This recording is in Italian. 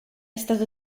stato